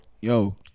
Yo